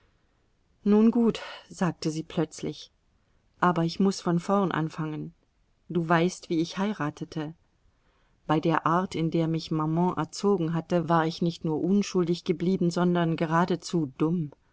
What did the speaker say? nun gut sagte sie plötzlich aber ich muß von vorn anfangen du weißt wie ich heiratete bei der art in der mich maman erzogen hatte war ich nicht nur unschuldig geblieben sondern geradezu dumm